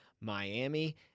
Miami